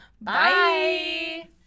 Bye